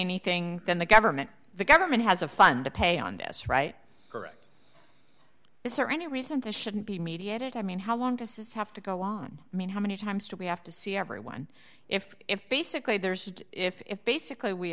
anything then the government the government has a fund to pay on this right correct is there any reason this shouldn't be mediated i mean how long does this have to go on i mean how many times do we have to see everyone if if basically there's if basically we